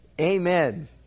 Amen